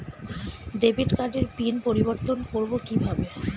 Debit কার্ডের PIN পরিবর্তন করবো কীভাবে?